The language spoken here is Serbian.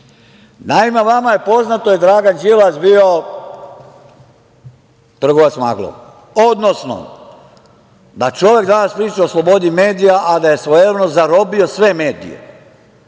vama je poznato, Dragan Đilas je bio trgovac maglom, odnosno da čovek danas priča o slobodi medija, a da je svojevremeno zarobio sve medije,